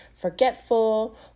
forgetful